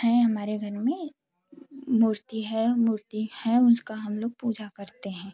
हैं हमारे घर में मूर्ति है मूर्ति हैं उसका हम लोग पूजा करते हैं